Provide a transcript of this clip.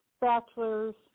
bachelor's